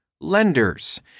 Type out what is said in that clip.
lenders